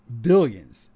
billions